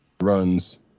runs